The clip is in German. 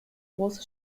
große